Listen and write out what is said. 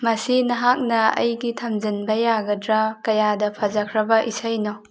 ꯃꯁꯤ ꯅꯍꯥꯛꯅ ꯑꯩꯒꯤ ꯊꯝꯖꯤꯟꯕ ꯌꯒꯗ꯭ꯔꯥ ꯀꯌꯥꯗ ꯐꯖꯈ꯭ꯔꯕ ꯏꯁꯩꯅꯣ